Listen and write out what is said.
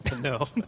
No